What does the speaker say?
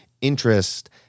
interest